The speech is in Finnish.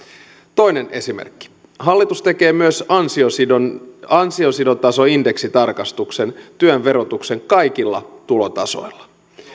toinen esimerkki hallitus tekee myös ansiotason ansiotason indeksitarkastuksen työn verotukseen kaikilla tulotasoilla